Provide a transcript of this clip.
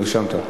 נרשמת.